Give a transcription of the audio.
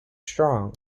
strong